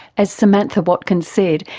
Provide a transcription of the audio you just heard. as samantha watkins said,